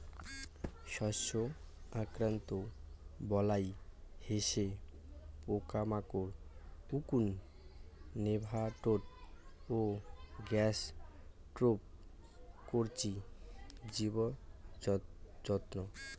শস্য আক্রান্তর বালাই হসে পোকামাকড়, উকুন, নেমাটোড ও গ্যাসস্ট্রোপড কবচী জীবজন্তু